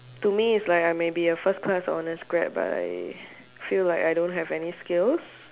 to me its like I may be a first class honours grad but I feel like I don't have any skills